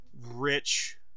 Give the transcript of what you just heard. rich